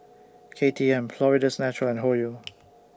K T M Florida's Natural and Hoyu